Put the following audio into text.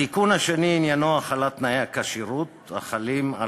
התיקון השני עניינו החלת תנאי הכשירות החלים על